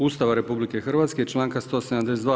Ustava RH i članka 172.